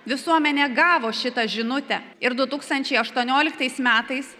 visuomenė gavo šitą žinutę ir du tūkstančiai aštuonioliktais metais